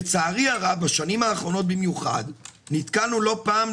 לצערי הרב בשנים האחרונות במיוחד נתקלנו לא פעם,